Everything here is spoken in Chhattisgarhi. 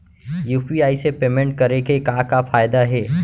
यू.पी.आई से पेमेंट करे के का का फायदा हे?